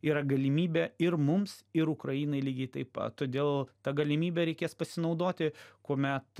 yra galimybė ir mums ir ukrainai lygiai taip pat todėl ta galimybe reikės pasinaudoti kuomet